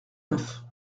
neuf